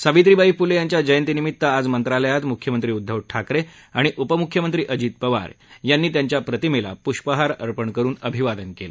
सावित्रीबाई फुले यांच्या जयंतीनिमित्त आज मंत्रालयात मुख्यमंत्री उद्दव ठाकरे आणि उपमुख्यमंत्री अजित पवार यांनी त्यांच्या प्रतिमेला पुष्पहार अर्पण करून अभिवादन केलं